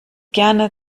gerne